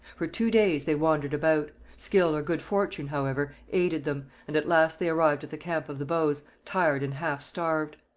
for two days they wandered about. skill or good fortune, however, aided them, and at last they arrived at the camp of the bows, tired and half starved.